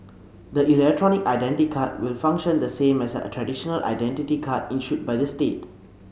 the electronic identity card will function the same as a traditional identity card issued by the state